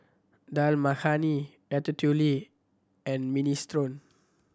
Dal Makhani Ratatouille and Minestrone